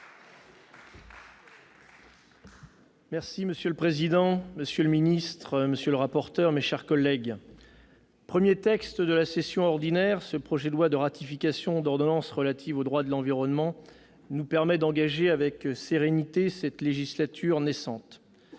Monsieur le président, monsieur le secrétaire d'État, monsieur le rapporteur, mes chers collègues, premier texte de la session ordinaire, ce projet de loi de ratification d'ordonnances relatives au droit de l'environnement nous permet d'engager avec sérénité cette législature naissante.